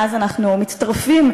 ומאז מצטרפים,